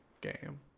game